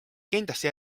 kindlasti